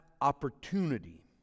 opportunity